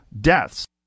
deaths